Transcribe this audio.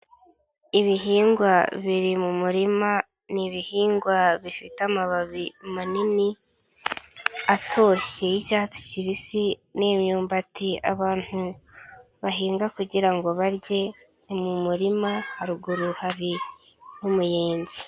Ibihingwa biri mu murima, ni ibihingwa bifite amababi manini atoshye y'icyatsi kibisi, ni imyumbati abantu bahinga kugira ngo barye, mu muririma haruguru hari n'umuyenzi.